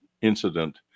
incident